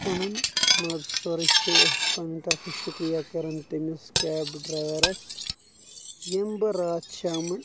بہٕ چھُس پنُن مطلب سٲری شُک پننہِ طرفہٕ شُکریا کران تٔمِس کیب ڈرایورس ییٚمۍ بہٕ راتھ شامن